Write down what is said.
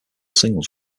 singles